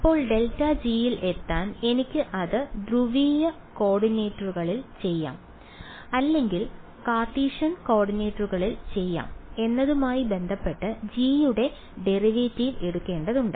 ഇപ്പോൾ ∇g ൽ എത്താൻ എനിക്ക് അത് ധ്രുവീയ കോർഡിനേറ്റുകളിൽ ചെയ്യാം അല്ലെങ്കിൽ കാർട്ടീഷ്യൻ കോർഡിനേറ്റുകളിൽ ചെയ്യാം എന്നതുമായി ബന്ധപ്പെട്ട് g യുടെ ഡെറിവേറ്റീവ് എടുക്കേണ്ടതുണ്ട്